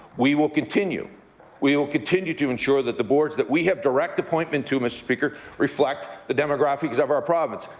we will continue we will continue to ensure that the boards that we have direct appointment to, mr. speaker, reflect the demographics of our province.